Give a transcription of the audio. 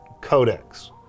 codex